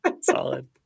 Solid